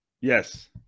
yes